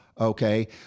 Okay